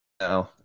no